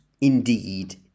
indeed